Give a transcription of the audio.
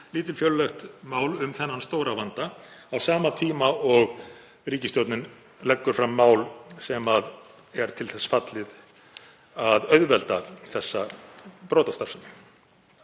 lítilfjörlegt mál um þennan stóra vanda á sama tíma og ríkisstjórnin leggur fram mál sem er til þess fallið að auðvelda þessa brotastarfsemi.